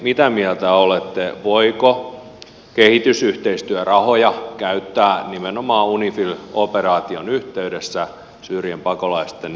mitä mieltä olette voiko kehitysyhteistyörahoja käyttää nimenomaan unifil operaation yhteydessä syyrian pakolaisten olojen parantamiseen